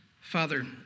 Father